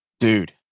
Dude